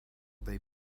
they